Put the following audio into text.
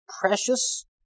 precious